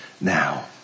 now